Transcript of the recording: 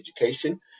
education